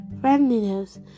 friendliness